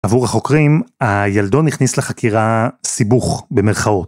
עבור החוקרים הילדון הכניס לחקירה סיבוך במרכאות.